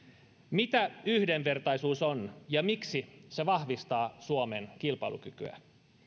mitä yhdenvertaisuus on ja miksi se vahvistaa suomen kilpailukykyä